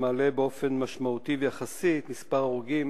שמעלה באופן משמעותי ויחסי את מספר ההרוגים